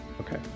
Okay